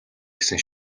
гэсэн